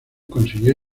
consiguió